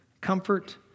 Comfort